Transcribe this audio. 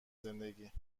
زندگی